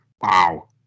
Wow